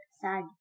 sad